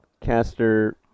Caster